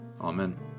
Amen